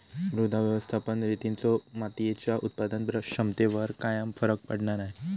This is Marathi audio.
मृदा व्यवस्थापन रितींचो मातीयेच्या उत्पादन क्षमतेवर कायव फरक पडना नाय